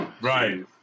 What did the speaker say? right